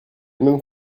même